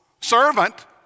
servant